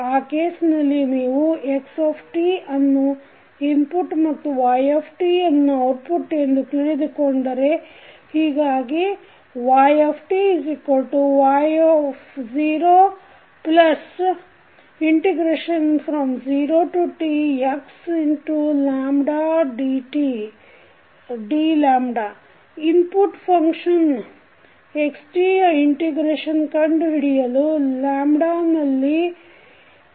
ಆ ಕೇಸ್ನಲ್ಲಿ ನೀವು x ಅನ್ನು ಇನ್ಪುಟ್ ಮತ್ತು y ಅನ್ನು ಔಟ್ಪುಟ್ ಎಂದು ತಿಳಿದುಕೊಂಡರೆ ಹೀಗಾಗಿ yty00txdλ ಇನ್ಪುಟ್ ಫಂಕ್ಷನ್ xtಯ ಇಂಟಿಗ್ರೇಷನ್ ಕಂಡು ಹಿಡಿಯಲು ನಕಲಿ ವೇರಿಯಬಲ್ ಆಗಿರುತ್ತದೆ